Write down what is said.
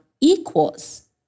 equals